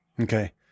okay